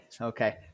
Okay